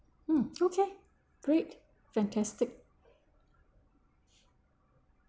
mm okay great fantastic